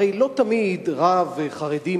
הרי לא תמיד רב חרדי,